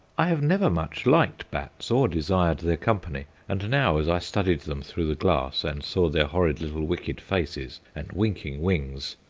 i have never much liked bats or desired their company, and now, as i studied them through the glass, and saw their horrid little wicked faces and winking wings,